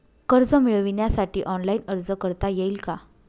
कर्ज मिळविण्यासाठी ऑनलाइन अर्ज करता येईल का?